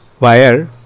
Wire